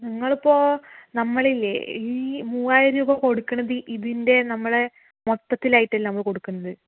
നിങ്ങളിപ്പോൾ നമ്മൾ ഇല്ലേ ഈ മൂവായിരം രൂപ കൊടുക്കണത് ഇതിൻ്റെ നമ്മളെ മൊത്തത്തിൽ ആയിട്ടല്ലേ നമ്മൾ കൊടുക്കുന്നത്